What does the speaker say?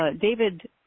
David